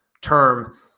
term